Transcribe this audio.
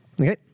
Okay